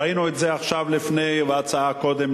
ראינו את זה עכשיו בהצעה קודם,